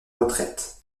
retraite